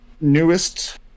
newest